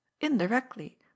indirectly